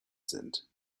sind